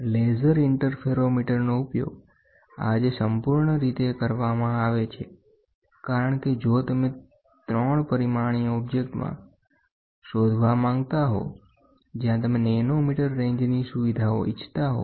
laser ઇંટરફેરોમીટરનો ઉપયોગ આજે સંપૂર્ણ રીતે કરવામાં આવે છે કારણ કે જો તમે 3 પરિમાણીય ઓબ્જેક્ટમાં શોધવા માંગતા હો જ્યાં તમે નેનોમીટર રેન્જની સુવિધાઓ ઇચ્છતા હોવ